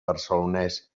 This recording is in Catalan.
barcelonès